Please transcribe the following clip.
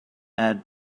add